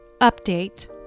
Update